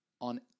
on